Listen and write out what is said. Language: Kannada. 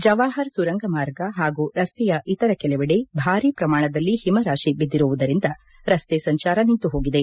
ಜವಾಪರ್ ಸುರಂಗಮಾರ್ಗ ಪಾಗೂ ರಸ್ತೆಯ ಇತರ ಕೆಲವೆಡೆ ಭಾರೀ ಪ್ರಮಾಣದಲ್ಲಿ ಹಿಮರಾಶಿ ಬಿದ್ದಿರುವುದರಿಂದ ರಸ್ತೆ ಸಂಚಾರ ನಿಂತುಹೋಗಿದೆ